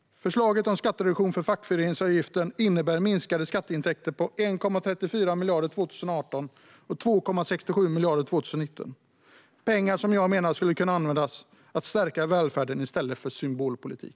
Förslaget om skattereduktion för fackföreningsavgiften innebär minskade skatteintäkter på 1,34 miljarder 2018 och 2,67 miljarder 2019. Det är pengar som skulle ha kunnat användas för att stärka välfärden i stället för att utgöra symbolpolitik.